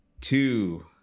two